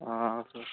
हँ